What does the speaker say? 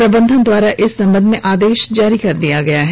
प्रबंधन द्वारा इस संबंध में आदेश जारी कर दिया गया है